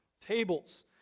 tables